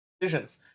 decisions